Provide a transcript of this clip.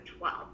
12